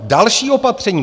Další opatření.